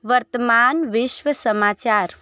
वर्तमान विश्व समाचार